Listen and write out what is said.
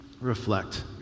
reflect